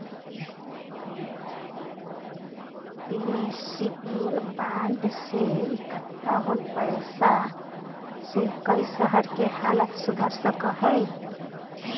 municipal bond से इक्कठा होल पैसा से कई शहर के हालत सुधर सका हई